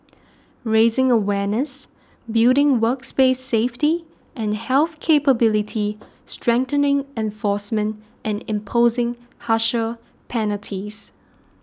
raising awareness building works place safety and health capability strengthening enforcement and imposing harsher penalties